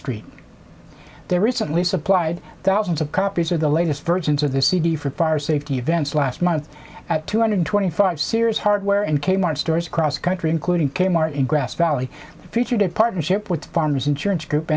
street they recently supplied thousands of copies of the latest versions of the cd for fire safety events last month at two hundred twenty five serious hardware and kmart stores across the country including kmart in grass valley featured in partnership with farmers insurance group